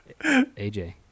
AJ